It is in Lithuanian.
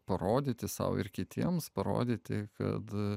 parodyti sau ir kitiems parodyti kad